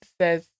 says